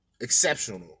exceptional